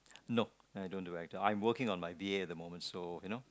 nope I don't do it I'm working on my B_A at the moment so you know